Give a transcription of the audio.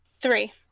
Three